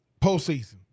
postseason